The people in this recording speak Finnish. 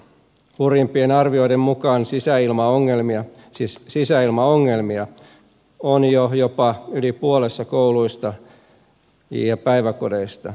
hurjimpien arvioiden mukaan sisäilmaongelmia on jo jopa yli puolessa kouluista ja päiväkodeista